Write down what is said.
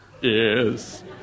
Yes